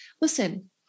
listen